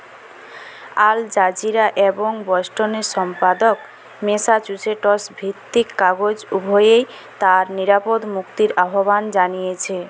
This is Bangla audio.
আল জাজিরা এবং বোস্টনের সম্পাদক ম্যাসাচুসেটস ভিত্তিক কাগজ উভয়েই তার নিরাপদ মুক্তির আহ্বান জানিয়েছে